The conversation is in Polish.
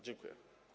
Dziękuję.